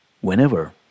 whenever